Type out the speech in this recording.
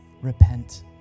repent